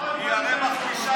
למה לא ועדת שירותי דת?